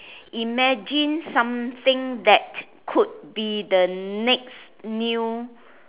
imagine something that could be the next new